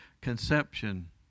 conception